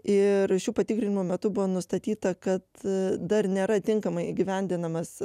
ir šių patikrinimų metu buvo nustatyta kad dar nėra tinkamai įgyvendinamas